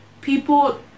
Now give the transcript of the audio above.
people